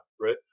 right